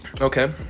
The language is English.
Okay